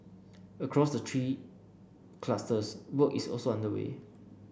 across the three clusters work is also underway